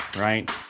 right